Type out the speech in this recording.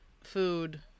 food